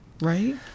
right